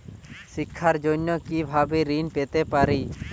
শিক্ষার জন্য কি ভাবে ঋণ পেতে পারি?